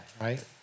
right